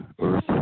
earth